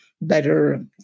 better